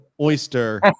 oyster